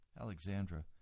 Alexandra